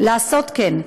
לעשות כן.